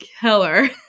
killer